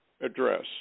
address